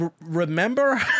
remember